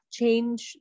change